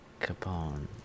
capone